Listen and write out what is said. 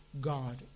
God